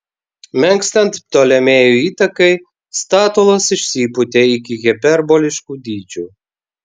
menkstant ptolemėjų įtakai statulos išsipūtė iki hiperboliškų dydžių